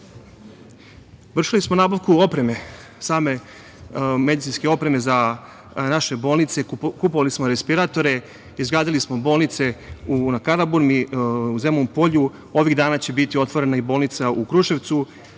smo nabavku opreme, same medicinske opreme za naše bolnice, kupovali smo respiratore, izgradili smo bolnice na Karaburmi, u Zemun Polju, ovih dana će biti otvorena i bolnica u Kruševcu,